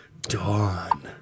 Dawn